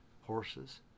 horses